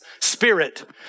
spirit